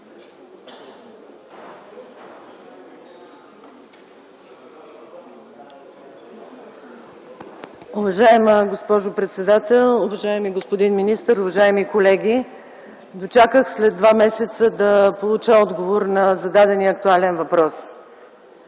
Уважаема госпожо председател, уважаеми господин министър, уважаеми колеги! Дочаках след два месеца да получа отговор на зададения актуален въпрос.